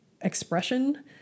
expression